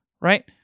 right